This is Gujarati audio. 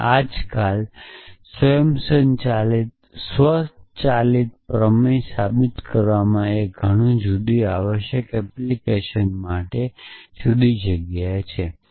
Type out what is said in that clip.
અને આજકાલ સ્વચાલિત પ્રમેય સાબિત કરવું એ ઘણી જુદી આવશ્યક એપ્લિકેશનો માટે ઘણી જુદીજગ્યાએ છે